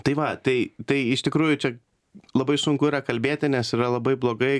tai va tai tai iš tikrųjų čia labai sunku yra kalbėti nes yra labai blogai